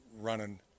running